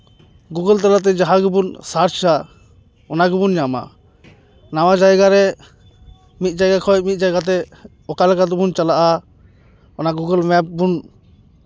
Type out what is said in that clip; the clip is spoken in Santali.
ᱜᱩᱜᱩᱞ ᱛᱟᱞᱟᱛᱮ ᱡᱟᱦᱟᱸ ᱜᱮᱵᱚᱱ ᱥᱟᱨᱪᱟ ᱚᱱᱟ ᱜᱮᱵᱚᱱ ᱧᱟᱢᱟ ᱱᱟᱣᱟ ᱡᱟᱭᱜᱟ ᱨᱮ ᱢᱤᱫ ᱡᱟᱭᱜᱟ ᱠᱷᱚᱱ ᱢᱤᱫ ᱡᱟᱭᱜᱟ ᱛᱮ ᱚᱠᱟ ᱞᱮᱠᱟ ᱛᱮᱵᱚᱱ ᱪᱟᱞᱟᱜᱼᱟ ᱚᱱᱟ ᱜᱩᱜᱩᱞ ᱢᱮᱯ ᱵᱚᱱ